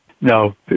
No